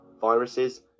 viruses